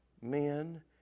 men